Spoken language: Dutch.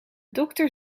dokter